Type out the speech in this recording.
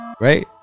Right